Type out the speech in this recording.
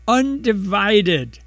undivided